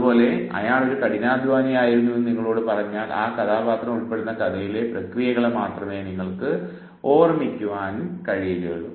അതുപോലെ അയാൾ ഒരു കഠിനാധ്വാനിയായിരുന്നു എന്ന് നിങ്ങളോട് പറഞ്ഞാൽ ആ കഥാപാത്രം ഉൾപ്പെടുന്ന കഥയിലെ പ്രക്രിയകളെ മാത്രമേ നിങ്ങൾക്ക് ഓർക്കുവാൻ കഴിയുകയുള്ളൂ